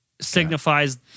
signifies